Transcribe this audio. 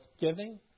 giving